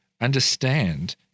understand